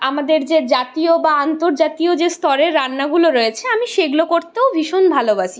আমাদের যে জাতীয় বা আন্তর্জাতীয় যে স্তরের রান্নাগুলো রয়েছে আমি সেগুলো করতেও ভীষণ ভালোবাসি